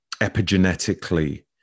epigenetically